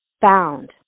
found